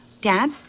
Dad